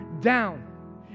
down